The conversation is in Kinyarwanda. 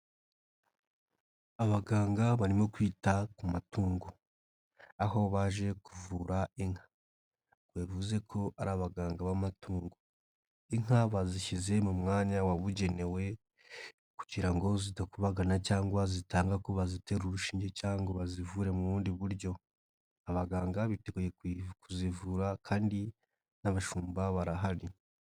Abaganga barimo kwita ku matungo aho baje kuvura inka, bivuze ko ari abaganga b'amatungo, inka bazishyize mu mwanya wabugenewe kugira ngo zidakubagana cyangwa zitanga ko bazitera urushinge cyangwa ngo bazivure mu bundi buryo, abaganga biteguye kuzivura kandi n'abashumba barahari.